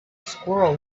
squirrel